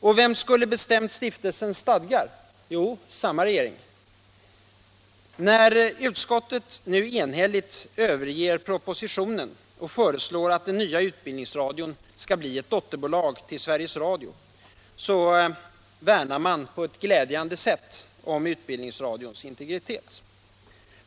Och vem skulle ha bestämt stiftelsens stadgar? Jo, samma regering. När utskottet nu enhälligt överger propositionen och föreslår att den nya utbildningsradion skall bli ett dotterbolag till Sveriges Radio så värnar man på ett glädjande sätt om utbildningsradions integritet.